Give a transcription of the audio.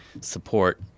support